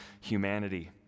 humanity